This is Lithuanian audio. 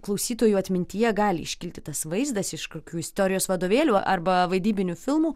klausytojų atmintyje gali iškilti tas vaizdas iš kokių istorijos vadovėlių arba vaidybinių filmų